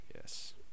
Yes